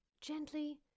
gently